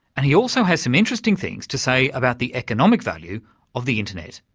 and he also has some interesting things to say about the economic value of the internet.